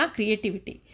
Creativity